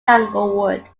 tanglewood